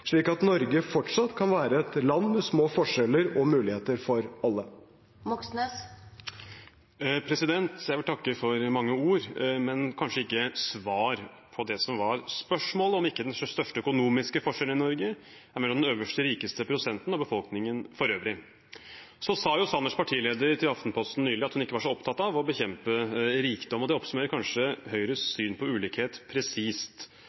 slik at Norge fortsatt kan være et land med små forskjeller og muligheter for alle. Jeg vil takke for mange ord, men kanskje ikke svar på det som var spørsmålet: om ikke den største økonomiske forskjellen i Norge er mellom den øverste rikeste prosenten og befolkningen for øvrig. Så sa Sanners partileder til Aftenposten nylig at hun ikke var så opptatt av å bekjempe rikdom, og det oppsummerer kanskje Høyres syn på ulikhet presist: